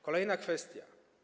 Kolejna kwestia.